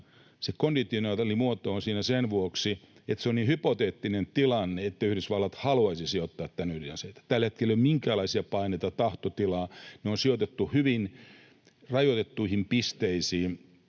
Se konditionaalimuoto on siinä sen vuoksi, että se on niin hypoteettinen tilanne, että Yhdysvallat haluaisi sijoittaa tänne ydinaseita. Tällä hetkellä ei ole minkäänlaisia paineita, tahtotilaa. Ydinaseet on sijoitettu hyvin rajoitettuihin pisteisiin